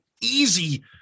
easy